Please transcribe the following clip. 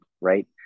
right